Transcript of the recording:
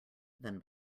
than